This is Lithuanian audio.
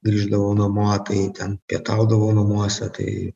grįždavau namo tai ten pietaudavau namuose tai